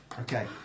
Okay